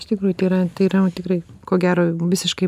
iš tikrųjų tai yra tai yra tikrai ko gero visiškai